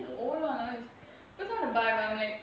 no lah பயமா:bayama because I want to buy but I'm like